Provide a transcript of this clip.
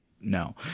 no